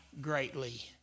greatly